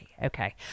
Okay